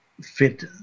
fit